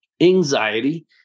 anxiety